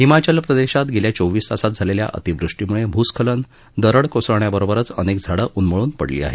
हिमाचल प्रदेशात गेल्या चोवीस तासात झालेल्या अतिवृष्टीमुळे भूस्खलन दरड कोसळण्याबरोबरच अनेक झाडं उन्मळून पडली आहेत